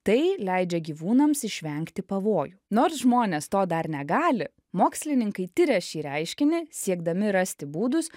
tai leidžia gyvūnams išvengti pavojų nors žmonės to dar negali mokslininkai tiria šį reiškinį siekdami rasti būdus